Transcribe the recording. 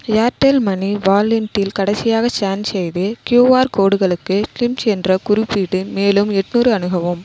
Airtel money வாலெண்ட்டில் கடைசியாக scan செய்து க்யூஆர் கோடுகளுக்கு கிளிம்ஸ் என்ற குறிப்பிட்டு மேலும் எட்நூறு அணுகவும்